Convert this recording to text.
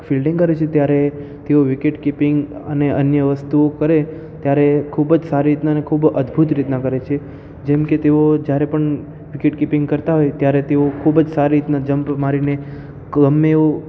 fielding કરે છે ત્યારે તેઓ વિકેટ કીપીંગ અને અન્ય વસ્તુઓ કરે ત્યારે એ ખૂબ જ સારી રીતના અને ખૂબ અદભૂત રીતના કરે છે જેમકે તેઓ જ્યારે પણ વિકેટ કીપીંગ કરતાં હોય ત્યારે તેઓ ખૂબ જ સારી રીતના જમ્પ મારીને ગમે એવો